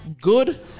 good